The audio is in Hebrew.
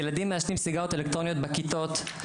ילדים מעשנים סיגריות אלקטרוניות בכיתות,